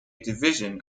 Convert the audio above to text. division